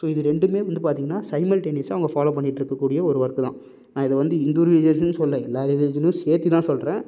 so இது ரெண்டுமே வந்து பார்த்தீங்கன்னா சைமல்ட்டேனியஸாக அவங்க ஃபாலோ பண்ணிட்டுருக்கக்கூடிய ஒரு ஒர்க்கு தான் நான் அதை வந்து ஹிந்து ரிலீஜியனுக்குன்னு சொல்லலை எல்லா ரிலீஜியனும் சேர்த்துதான் சொல்லுறேன்